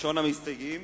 ראשון המסתייגים,